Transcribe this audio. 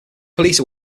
police